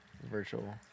Virtual